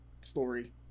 story